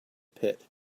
pit